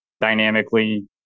dynamically